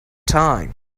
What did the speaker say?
time